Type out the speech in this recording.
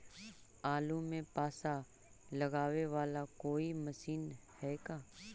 आलू मे पासा लगाबे बाला कोइ मशीन है का?